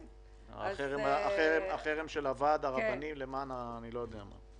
החרם של הוועד הרבני למען אני לא יודע מה.